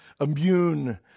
immune